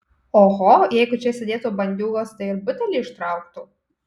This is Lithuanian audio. oho jeigu čia sėdėtų bandiūgos tai ir butelį ištrauktų